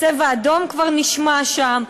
"צבע אדום" כבר נשמע שם,